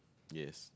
yes